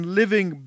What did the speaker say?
living